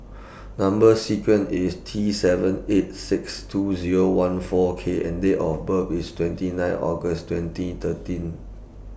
Number sequence IS T seven eight six two Zero one four K and Date of birth IS twenty nine August twenty thirteen